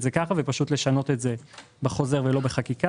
זה כך ופשוט לשנות את זה בחוזר ולא בחקיקה.